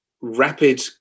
rapid